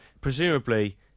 Presumably